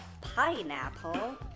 pineapple